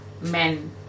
men